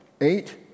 eight